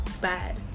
bad